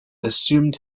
assumed